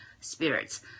spirits